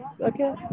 Okay